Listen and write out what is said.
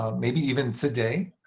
um maybe even today.